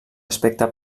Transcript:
aspecte